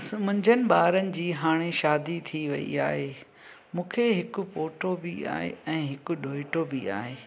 असां मुंहिंजे ॿारनि जी हाणे शादी थी वई आहे मूंखे हिक पोटो बि आहे ऐं हिक डोएटो बि आहे